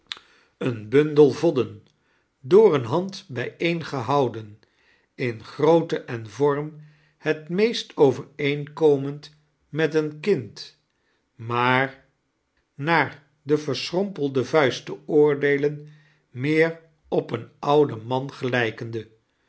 een bundel vodden door een hand bijeengehouden in grootte en vorrn het meest overeenkomend met een kind maar naar de verschrompelde vuist te oordeelen meer op een ouden man gelqkende